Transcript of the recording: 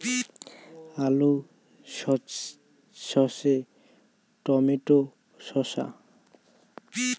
আলু সর্ষে টমেটো শসা